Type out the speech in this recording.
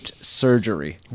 surgery